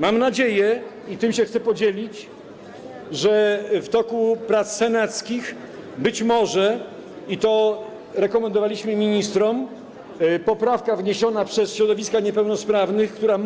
Mam nadzieję - i tym chcę się podzielić - że w toku prac senackich - i to rekomendowaliśmy ministrom - być może poprawka wniesiona przez środowiska niepełnosprawnych, która